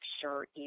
sure